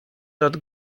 nad